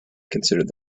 considered